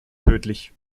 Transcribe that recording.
tödlich